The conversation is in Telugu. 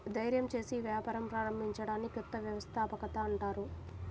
ధైర్యం చేసి వ్యాపారం ప్రారంభించడాన్ని కొత్త వ్యవస్థాపకత అంటారు